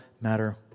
matter